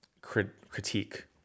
critique